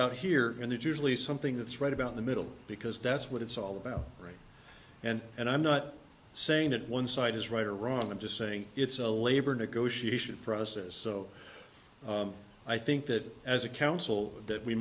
out here and it's usually something that's right about the middle because that's what it's all about right and and i'm not saying that one side is right or wrong i'm just saying it's a labor negotiation process so i think that as a council that we